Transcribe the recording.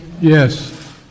Yes